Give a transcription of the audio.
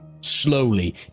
Slowly